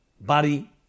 body